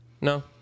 No